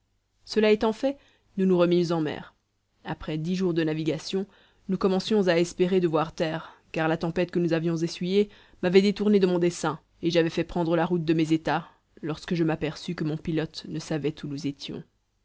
cela étant fait nous nous remîmes en mer après dix jours de navigation nous commencions à espérer de voir terre car la tempête que nous avions essuyée m'avait détourné de mon dessein et j'avais fait prendre la route de mes états lorsque je m'aperçus que mon pilote ne savait où nous étions